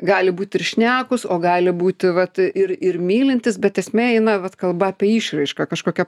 gali būt ir šnekūs o gali būti vat ir ir mylintys bet esmė eina vat kalba apie išraišką kažkokia